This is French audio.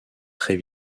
très